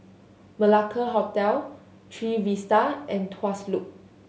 Malacca Hotel Trevista and Tuas Loop